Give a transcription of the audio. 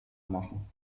machen